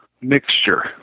mixture